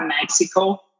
Mexico